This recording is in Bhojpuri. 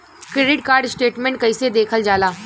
क्रेडिट कार्ड स्टेटमेंट कइसे देखल जाला?